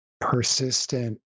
persistent